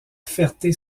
ferté